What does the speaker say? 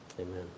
amen